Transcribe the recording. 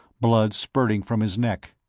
blood spurting from his neck.